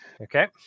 Okay